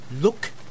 Look